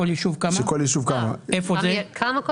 כל ישוב, כמה הוא מקבל?